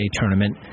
tournament